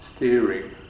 steering